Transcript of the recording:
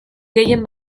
gehien